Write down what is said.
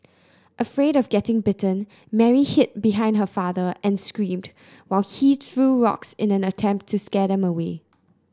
afraid of getting bitten Mary hid behind her father and screamed while he threw rocks in an attempt to scare them away